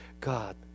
God